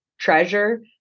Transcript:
treasure